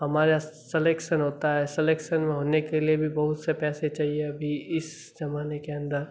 हमारा सलेक्सन होता है सलेक्सन होने के लिए भी बहुत से पैसे चाहिए अभी इस ज़माने के अन्दर